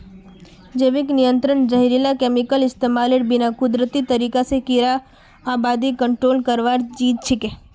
जैविक नियंत्रण जहरीला केमिकलेर इस्तमालेर बिना कुदरती तरीका स कीड़ार आबादी कंट्रोल करवार चीज छिके